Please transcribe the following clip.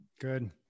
Good